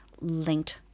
linked